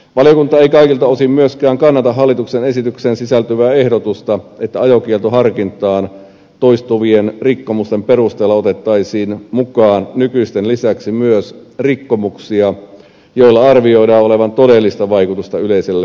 valiokunta ei kaikilta osin myöskään kannata hallituksen esitykseen sisältyvää ehdotusta että ajokieltoharkintaan toistuvien rikkomusten perusteella otettaisiin mukaan nykyisten lisäksi myös rikkomuksia joilla arvioidaan olevan todellista vaikutusta yleiselle liikenneturvallisuudelle